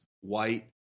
white